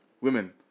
women